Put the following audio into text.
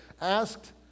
asked